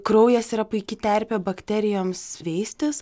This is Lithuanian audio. kraujas yra puiki terpė bakterijoms veistis